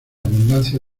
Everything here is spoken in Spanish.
abundancia